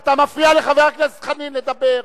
אתה מפריע לחבר הכנסת חנין לדבר.